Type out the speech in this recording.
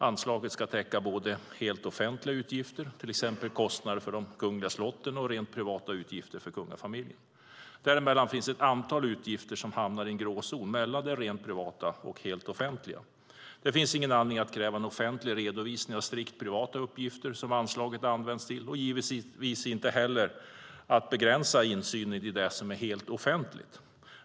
Anslaget ska täcka både helt offentliga utgifter, till exempel kostnader för de kungliga slotten, och rent privata utgifter för kungafamiljen. Däremellan finns ett antal utgifter som hamnar i en gråzon mellan det rent privata och helt offentliga. Det finns ingen anledning att kräva en offentlig redovisning av strikt privata utgifter som anslaget används till och givetvis inte heller att begränsa insynen i det som är helt offentligt.